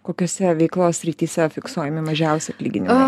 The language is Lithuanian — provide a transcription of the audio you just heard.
kokiose veiklos srityse fiksuojami mažiausi atlyginimai